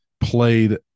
played